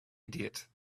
idiot